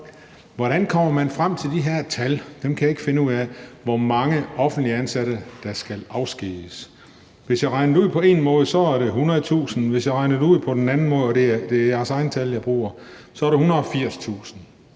hvordan man kommer frem til de tal – dem kan jeg ikke finde ud af – for, hvor mange offentligt ansatte der skal afskediges. Hvis jeg regner det ud på én måde, er det 100.000. Hvis jeg regner det ud på den anden måde – og det er jeres egne tal, jeg bruger – så er det 180.000.